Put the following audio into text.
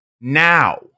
now